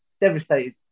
Devastated